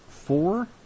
Four